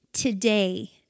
today